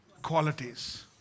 qualities